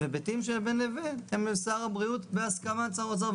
והיבטים שהם בין לבין הם שר הבריאות בהסכמת שר האוצר,